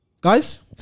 guys